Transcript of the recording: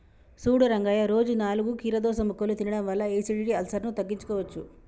సూడు రంగయ్య రోజు నాలుగు కీరదోస ముక్కలు తినడం వల్ల ఎసిడిటి, అల్సర్ను తగ్గించుకోవచ్చు